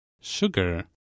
Sugar